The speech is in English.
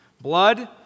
blood